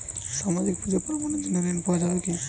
সামাজিক পূজা পার্বণ এর জন্য ঋণ পাওয়া যাবে কি?